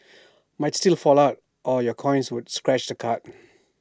might still fall out or your coins would scratch the card